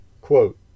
quote